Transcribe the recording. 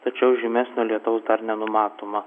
tačiau žymesnio lietaus dar nenumatoma